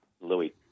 Louis